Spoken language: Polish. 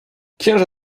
księża